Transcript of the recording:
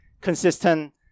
consistent